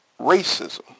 racism